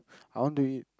I want to eat